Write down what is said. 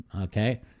okay